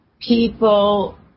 people